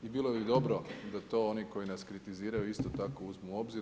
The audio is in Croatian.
I bilo bi dobro da to oni koji nas kritiziraju isto tako uzmu u obzir.